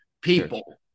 people